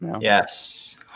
yes